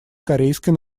корейской